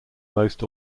most